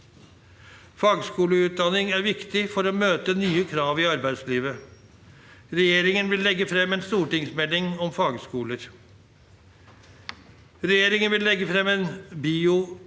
Fagskoleutdanning er viktig for å møte nye krav i arbeidslivet. Regjeringen vil legge frem en stortingsmelding om fagskoler. Regjeringen vil legge frem en bioøkonomistrategi